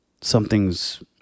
Something's